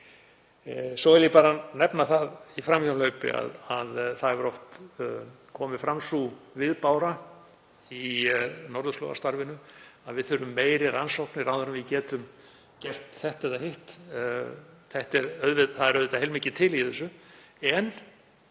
Svo vil ég nefna í framhjáhlaupi að það hefur oft komið fram sú viðbára í norðurslóðastarfinu að við þurfum meiri rannsóknir áður en við getum gert þetta eða hitt. Það er auðvitað heilmikið til í því.